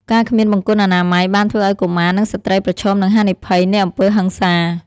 ការគ្មានបង្គន់អនាម័យបានធ្វើឱ្យកុមារ និងស្ត្រីប្រឈមនឹងហានិភ័យនៃអំពើហិង្សា។